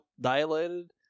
dilated